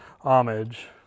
homage